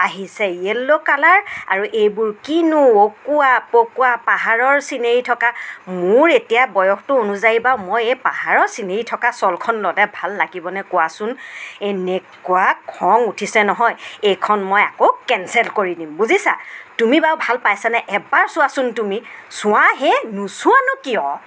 আহিছে yellow colour আৰু এইবোৰ কিনো অকোৱা পকোৱা পাহাৰৰ চিনেৰি থকা মোৰ এতিয়া বয়সটো অনুযায়ী বাৰু মই এই পাহাৰৰ চিনেৰি থকা শ্বলখন ল'লে ভাল লাগিবনে কোৱাচোন এনেকুৱা খং উঠিছে নহয় এইখন মই আকৌ কেঞ্চেল কৰি দিম বুজিছা তুমি বাৰু ভাল পাইছানে এবাৰ চোৱাচোন তুমি চোৱা হে নোচোৱানো কিয়